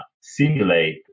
simulate